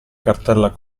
cartella